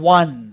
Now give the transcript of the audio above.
one